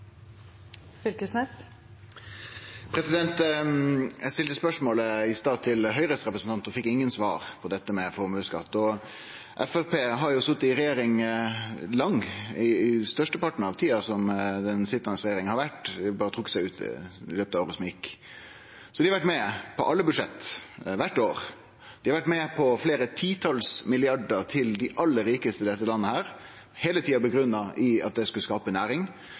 Eg stilte spørsmål i stad til representanten frå Høgre om dette med formuesskatt og fekk ingen svar. Framstegspartiet har jo i størsteparten av tida vore ein del av den sitjande regjeringa, dei trekte seg ut i løpet av året som gjekk, så dei har vore med på alle budsjett kvart år. Dei har vore med på fleire titals milliardar til dei aller rikaste i dette landet, heile tida grunngitt i at det skulle skape næring,